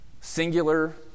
singular